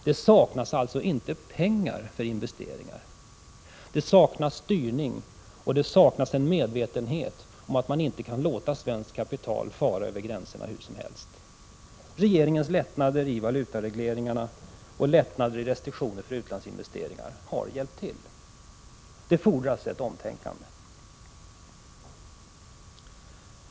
Det saknas alltså inte pengar till investeringar. Det saknas styrning, och det saknas en medvetenhet om att man inte kan låta svenskt kapital fara över gränserna hur som helst. Regeringens lättnader i valutaregleringarna och i restriktionerna för utlandsinvesteringar har hjälpt till. Det fordras ett omtänkande.